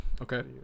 Okay